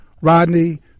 Rodney